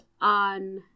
on